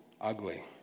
ugly